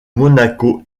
monaco